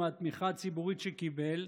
מהתמיכה הציבורית שקיבל,